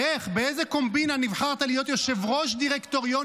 אולי תספר לעם ישראל -- לקרוא לראש הממשלה לשעבר טיפש זה בסדר?